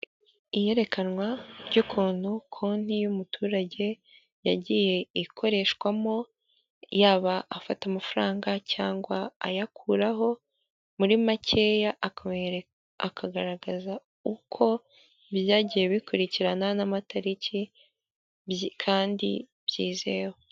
Iyerekanwa ry'ukuntu konti y'umuturage yagiye ikoreshwamo yaba afata amafaranga cyangwa ayakuraho, muri makeya akagaragaza uko byagiye bikurikirana n'amatariki kandi byizewe.